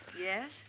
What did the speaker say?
Yes